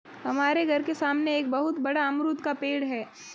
हमारे घर के सामने एक बहुत बड़ा अमरूद का पेड़ है